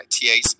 TAs